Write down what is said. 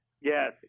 Yes